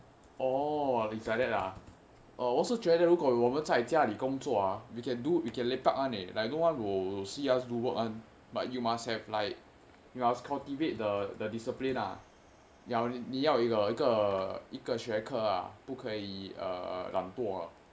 orh it's like that ah 我是觉得如果我们在家里工作啊:wo shi jue de ru guoluoguan wo men zai jia li gong zuo a you can do you can lepak [one] eh like no [one] will see us do work [one] but you must have like you must cultivate the the discipline ah 要你要一个一个一个学科不可以懒惰